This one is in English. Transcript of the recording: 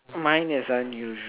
mine is unusual